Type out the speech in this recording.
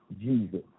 Jesus